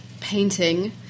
painting